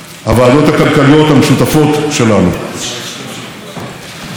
אני מקיים, וזה יותר חשוב.